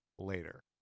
later